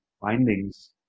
findings